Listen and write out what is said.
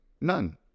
none